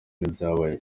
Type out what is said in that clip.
n’ibyabaye